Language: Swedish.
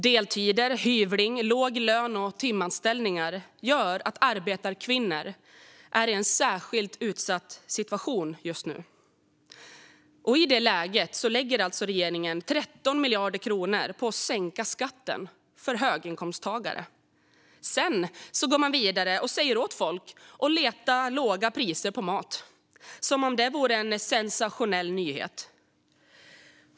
Deltider, hyvling, låg lön och timanställningar gör att arbetarkvinnor nu är i en särskilt utsatt situation. I detta läge lägger regeringen 13 miljarder kronor på att sänka skatten för höginkomsttagare. Sedan säger man åt folk att leta låga priser på mat - som om det vore en sensationell nyhet.